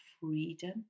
freedom